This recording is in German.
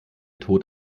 tod